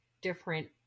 different